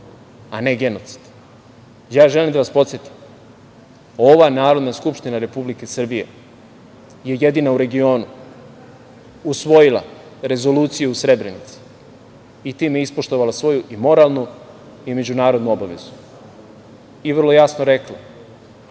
a ne genocid. Ja želim da vas podsetim, ova Narodna skupština Republike Srbije je jedina u regionu usvojila Rezoluciju o Srebrenici i time ispoštovala svoju i moralnu i međunarodnu obavezu i vrlo jasno rekla